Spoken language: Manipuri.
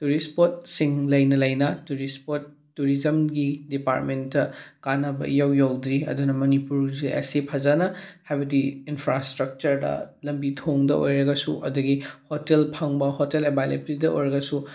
ꯇꯨꯔꯤꯁ ꯁ꯭ꯄꯣꯠꯁꯤꯡ ꯂꯩꯅ ꯂꯩꯅ ꯇꯨꯔꯤꯁ ꯁ꯭ꯄꯣꯠ ꯇꯨꯔꯤꯖꯝꯒꯤ ꯗꯤꯄꯥꯔꯃꯦꯟꯇ ꯀꯥꯟꯅꯕ ꯏꯌꯧ ꯌꯧꯗ꯭ꯔꯤ ꯑꯗꯨꯅ ꯃꯅꯤꯄꯨꯔꯁꯤ ꯑꯁꯤ ꯐꯖꯅ ꯍꯥꯏꯕꯗꯤ ꯏꯟꯐ꯭ꯔꯥꯏꯁꯇ꯭ꯔꯛꯆꯔꯗ ꯂꯝꯕꯤ ꯊꯣꯡꯗ ꯑꯣꯏꯔꯒꯁꯨ ꯑꯗꯒꯤ ꯍꯣꯇꯦꯜ ꯐꯪꯕ ꯍꯣꯇꯦꯜ ꯑꯦꯕꯥꯏꯂꯦꯕꯤꯂꯤꯇꯤꯗ ꯑꯣꯏꯔꯒꯁꯨ